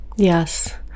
Yes